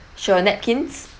sure napkins